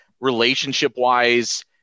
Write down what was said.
relationship-wise